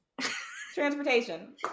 transportation